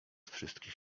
wszystkich